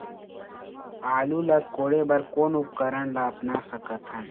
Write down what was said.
आलू ला कोड़े बर कोन उपकरण ला अपना सकथन?